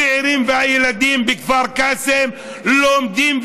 הצעירים והילדים בכפר קאסם לומדים,